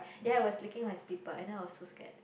ya it was licking my slipper and then I was so scared